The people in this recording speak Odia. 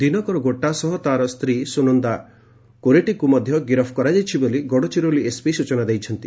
ଦିନକର ଗୋଟା ସହ ତାର ସ୍ୱୀ ସୁନନ୍ଦା କୋରେଟିକୁ ଗିରଫ୍ କରାଯାଇଛି ବୋଲି ଗଡ଼ଚିରୋଲି ଏସ୍ପି ସୂଚନା ଦେଇଛନ୍ତି